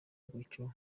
gutyo